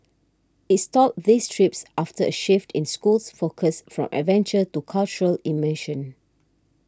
it stopped these trips after a shift in school's focus from adventure to cultural immersion